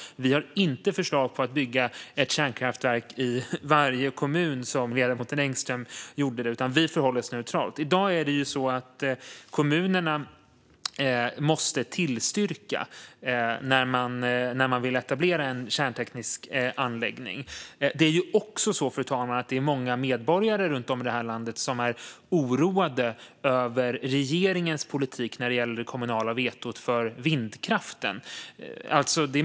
Vi har inte några förslag om att bygga kärnkraftverk i varje kommun, som ledamoten Engström angav, utan vi förhåller oss neutrala. I dag måste kommunerna först tillstyrka en ansökan om någon vill etablera en kärnteknisk anläggning. Och, fru talman, många medborgare i landet är oroade över regeringens politik vad gäller det kommunala vetot mot vindkraften.